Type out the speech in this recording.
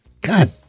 God